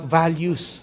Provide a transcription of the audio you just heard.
values